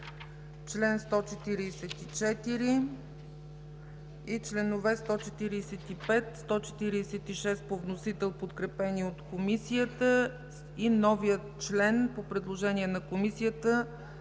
чл. 144 и членове 145 и 146 по вносител, подкрепени от Комисията; и новия член по предложение на Комисията